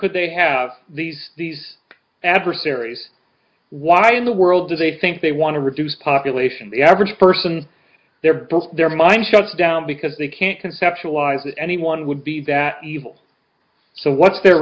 could they have these these adversaries why in the world do they think they want to reduce population the average person they're both their mind shuts down because they can't conceptualize that anyone would be that evil so what's their